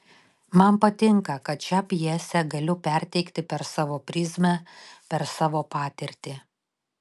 man patinka kad šią pjesę galiu perteikti per savo prizmę per savo patirtį